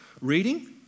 Reading